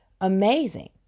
amazing